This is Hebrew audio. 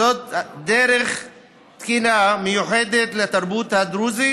זאת, דרך תקנה מיוחדת לתרבות הדרוזית